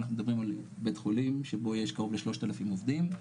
אנחנו מדברים על בית חולים שבו יש קרוב ל-3,000 עובדים,